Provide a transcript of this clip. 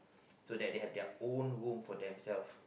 so that they have their own room for them self